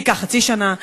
זה ייקח חצי שנה,